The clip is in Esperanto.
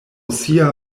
sia